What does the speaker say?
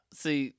see